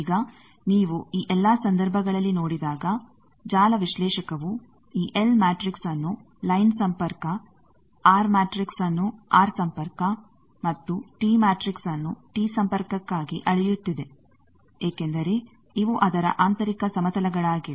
ಈಗ ನೀವು ಈ ಎಲ್ಲಾ ಸಂದರ್ಭಗಳಲ್ಲಿ ನೋಡಿದಾಗ ಜಾಲ ವಿಶ್ಲೇಷಕವು ಈ ಎಲ್ ಮ್ಯಾಟ್ರಿಕ್ಸ್ ಅನ್ನು ಲೈನ್ ಸಂಪರ್ಕ ಆರ್ ಮ್ಯಾಟ್ರಿಕ್ಸ್ ಅನ್ನು ಆರ್ ಸಂಪರ್ಕ ಮತ್ತು ಟಿ ಮ್ಯಾಟ್ರಿಕ್ಸ್ ಅನ್ನು ಟಿ ಸಂಪರ್ಕಕ್ಕಾಗಿ ಅಳೆಯುತ್ತಿದೆ ಏಕೆಂದರೆ ಇವು ಅದರ ಆಂತರಿಕ ಸಮತಲಗಳಾಗಿವೆ